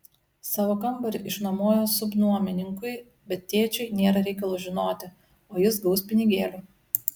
savo kambarį išnuomojo subnuomininkui bet tėčiui nėra reikalo žinoti o jis gaus pinigėlių